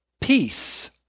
Peace